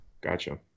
Gotcha